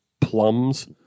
plums